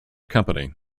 company